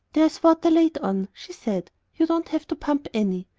there's water laid on, she said you don't have to pump any.